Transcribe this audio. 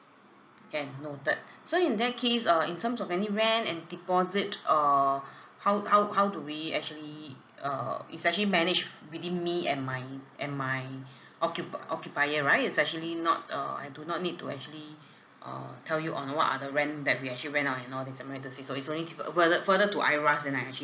can noted so in that case uh in terms of any rent and deposit err how how how do we actually uh it's actually managed f~ within me and my and my occup~ occupier right it's actually not uh I do not need to actually uh tell you on what are the rent that we actually rent out and all these am I right to say so it's only to the further further to I_R_A_S then I actually